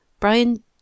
Brian